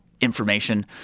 information